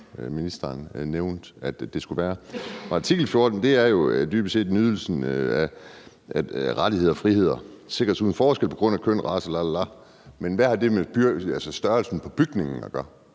ministeren nævnte det skulle være, og artikel 14 er jo dybest set, at nydelsen af rettigheder og friheder skal sikres uden forskel på grund af køn, race osv., men hvad har det med størrelsen på bygningen at gøre?